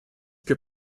que